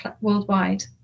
worldwide